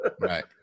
right